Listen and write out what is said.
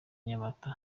nyamata